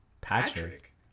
Patrick